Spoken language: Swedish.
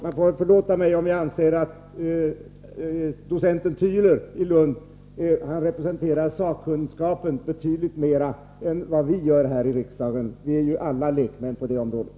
Man får förlåta mig om jag anser att docenten Tyler i Lund representerar sakkunskapen betydligt mer än vad vi gör här i riksdagen. Vi är ju alla lekmän på det här området.